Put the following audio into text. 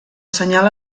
senyal